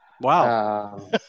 Wow